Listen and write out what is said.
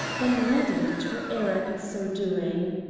then reddened at her error in so doing.